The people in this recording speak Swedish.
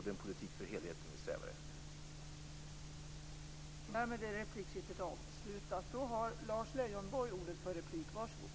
Det är en politik för helheten vi strävar efter.